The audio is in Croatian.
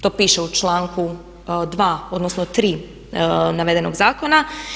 To piše u članku 2., odnosno 3. navedenog zakona.